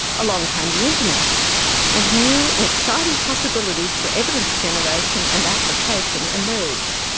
along came the internet and new and exciting possibilities for evidence generation and application emerged.